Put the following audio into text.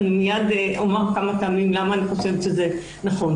ואומר למה אני חושבת שזה נכון,